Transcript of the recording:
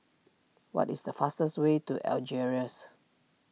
what is the fastest way to Algiers